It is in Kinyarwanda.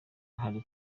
hari